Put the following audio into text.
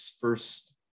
first